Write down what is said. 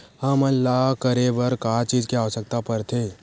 हमन ला करे बर का चीज के आवश्कता परथे?